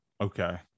Okay